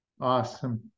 awesome